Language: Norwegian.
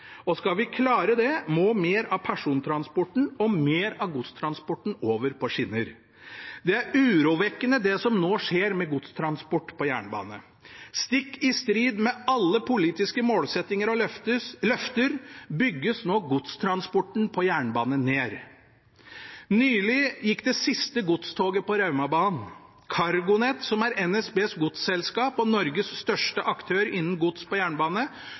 Og skal vi klare det, må mer av persontransporten og mer av godstransporten over på skinner. Det er urovekkende, det som nå skjer med godstransport på jernbane. Stikk i strid med alle politiske målsettinger og løfter bygges nå godstransporten på jernbane ned. Nylig gikk det siste godstoget på Raumabanen. CargoNet, som er NSBs godsselskap og Norges største aktør innen gods på jernbane,